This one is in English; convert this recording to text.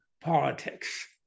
politics